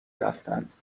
رفتند